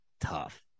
tough